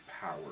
power